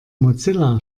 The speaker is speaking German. mozilla